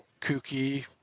kooky